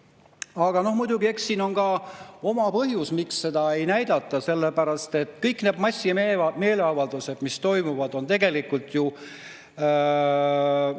Aga muidugi, eks siin on ka oma põhjus, miks seda ei näidata. Kõik need massimeeleavaldused, mis toimuvad, on tegelikult ju